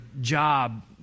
job